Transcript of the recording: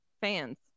fans